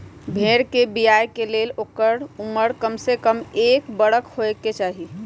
भेड़ कें बियाय के लेल ओकर उमर कमसे कम एक बरख होयके चाही